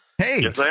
Hey